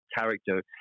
character